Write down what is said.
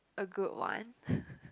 a good one